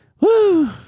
Woo